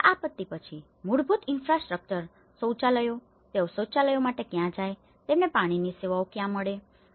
અને આ આપત્તિ પછી મૂળભૂત ઈન્ફ્રાસ્ટ્રક્ચર શૌચાલયો તેઓ શૌચાલયો માટે ક્યાં જાય છે તેમને પાણીની સેવાઓ ક્યાં મળે છે